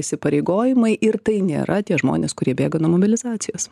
įsipareigojimai ir tai nėra tie žmonės kurie bėga nuo mobilizacijos